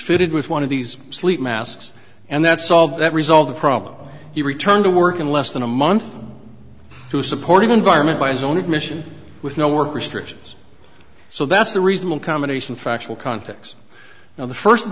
fitted with one of these sleep masks and that's all that resolve the problem he returned to work in less than a month to a supportive environment by his own admission with no work restrictions so that's the reasonable combination factual context of the first of